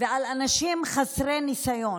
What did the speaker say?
ועל אנשים חסרי ניסיון,